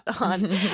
on